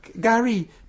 Gary